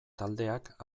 taldeak